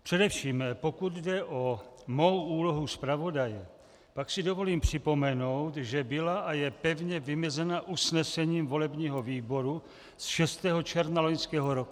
Především pokud jde o mou úlohu zpravodaje, pak si dovolím připomenout, že byla a je pevně vymezena usnesením volebního výboru z 6. června loňského roku.